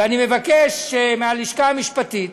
ואני מבקש מהלשכה המשפטית